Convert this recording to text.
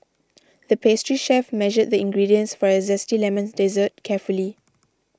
the pastry chef measured the ingredients for a Zesty Lemon Dessert carefully